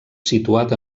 situat